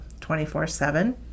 24/7